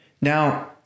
Now